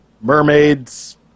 Mermaids